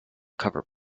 cover